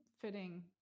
fitting